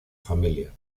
familia